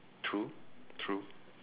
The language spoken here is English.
true true